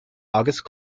august